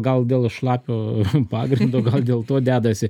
gal dėl šlapio pagrindo gal dėl to dedasi